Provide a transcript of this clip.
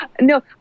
No